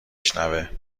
شنوه